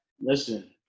Listen